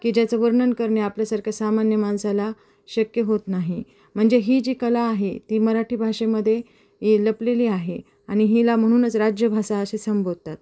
की ज्याचं वर्णन करणे आपल्यासारख्या सामान्य माणसाला शक्य होत नाही म्हणजे ही जी कला आहे ती मराठी भाषेमध्ये यि लपलेली आहे आणि हिला म्हणूनच राज्यभाषा असे संबोधतात